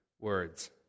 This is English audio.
words